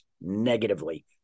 negatively